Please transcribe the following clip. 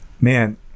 Man